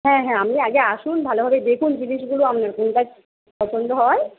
হ্যাঁ হ্যাঁ আপনি আগে আসুন ভালোভাবে দেখুন জিনিসগুলো আপনার কোনটা পছন্দ হয়